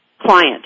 client